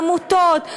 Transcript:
עמותות,